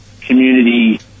community